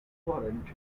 coherent